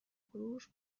غرور